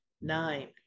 Nine